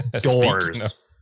doors